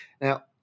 Now